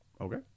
okay